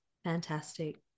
Fantastic